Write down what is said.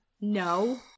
No